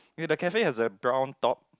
and the cafe has a brown top